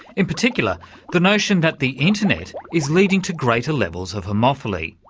in particular the notion that the internet is leading to greater levels of homophily.